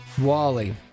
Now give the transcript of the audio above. Wally